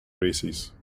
races